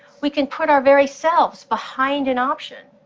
we can put our very selves behind an option.